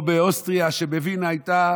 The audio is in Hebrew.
או באוסטריה, וינה הייתה